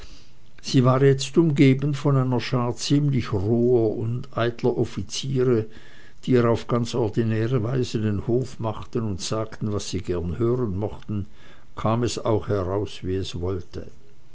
sie war jetzt umgeben von einer schar ziemlich roher und eitler offiziere die ihr auf ganz ordinäre weise den hof machten und sagten was sie gern hören mochte kam es auch heraus wie es wollte